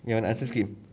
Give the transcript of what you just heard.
ya yang answer script